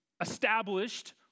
established